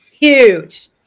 huge